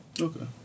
Okay